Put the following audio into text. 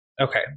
Okay